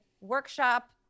workshop